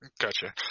gotcha